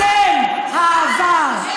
אתם העבר.